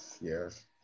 yes